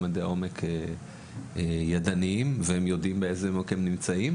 מדדי עומק ידניים והם יודעים באיזה עומק הם נמצאים.